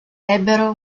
ebbero